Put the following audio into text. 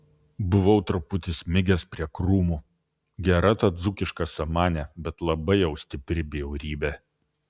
buvau truputį smigęs prie krūmų gera ta dzūkiška samanė bet labai jau stipri bjaurybė